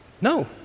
No